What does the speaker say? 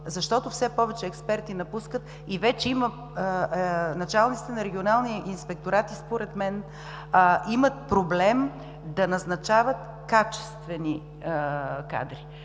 Защото все повече експерти напускат и началниците на регионални инспекторати имат проблем да назначават качествени кадри